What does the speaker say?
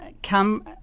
come